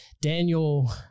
Daniel